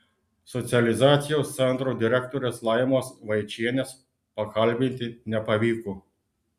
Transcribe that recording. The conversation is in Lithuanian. socializacijos centro direktorės laimos vaičienės pakalbinti nepavyko